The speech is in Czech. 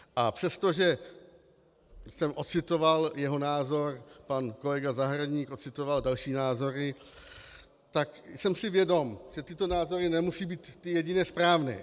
Přestože jsem ocitoval jeho názor, pan kolega Zahradník ocitoval další názory, tak jsem si vědom, že tyto názory nemusí být ty jedině správné.